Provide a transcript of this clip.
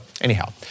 anyhow